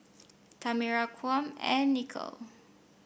Tamera Kwame and Nichole